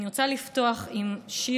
אני רוצה לפתוח עם שיר.